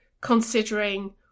considering